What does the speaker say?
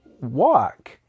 walk